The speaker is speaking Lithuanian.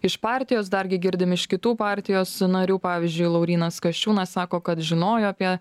iš partijos dargi girdim iš kitų partijos narių pavyzdžiui laurynas kasčiūnas sako kad žinojo apie